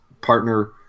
partner